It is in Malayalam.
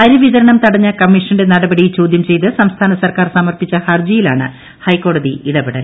അരിവിതരണം തടഞ്ഞ കമ്മീഷന്റെ നടപടി ചോദ്യം ചെയ്ത് സംസ്ഥാന സർക്കാർ സമർപ്പിച്ച ഹർജിയിലാണ് ഹൈക്കോടതി ഇടപെടൽ